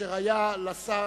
אשר היה השר